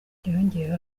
yongeyeho